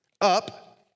up